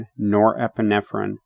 norepinephrine